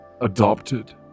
adopted